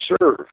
serve